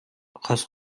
хас